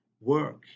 work